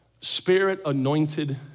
spirit-anointed